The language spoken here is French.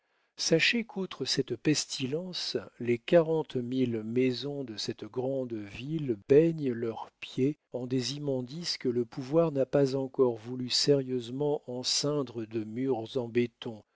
sachez qu'outre cette pestilence les quarante mille maisons de cette grande ville baignent leurs pieds en des immondices que le pouvoir n'a pas encore voulu sérieusement enceindre de murs